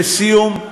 לסיום,